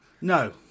No